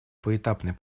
поэтапный